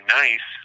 nice